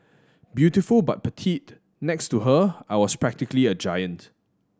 beautiful but petite next to her I was practically a giant